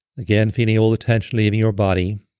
again feeling all the tension leaving your body.